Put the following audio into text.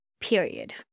period